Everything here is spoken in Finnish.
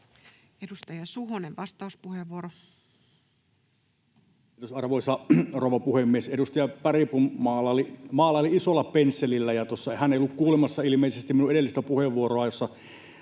Edustaja Suhonen, vastauspuheenvuoro. Kiitos, arvoisa rouva puhemies! Edustaja Bergbom maalaili isolla pensselillä. Hän ei ollut ilmeisesti kuulemassa edellistä puheenvuoroani,